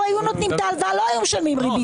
היו נותנים את ההלוואה לא היו משלמים ריבית.